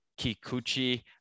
Kikuchi